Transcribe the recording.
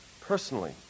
personally